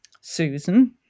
Susan